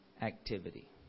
activity